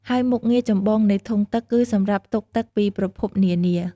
ហើយមុខងារចម្បងនៃធុងទឹកគឺសម្រាប់ផ្ទុកទឹកពីប្រភពនានា។